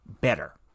better